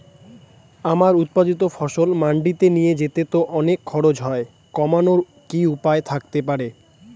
আমার উৎপাদিত ফসল মান্ডিতে নিয়ে যেতে তো অনেক খরচ হয় খরচ কমানোর কি উপায় থাকতে পারে?